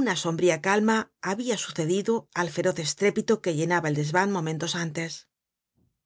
una sombría calma habia sucedido al feroz estrépito que llenaba el desvan momentos antes